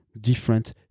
different